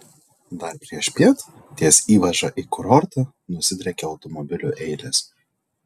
dar priešpiet ties įvaža į kurortą nusidriekė automobilių eilės